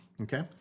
okay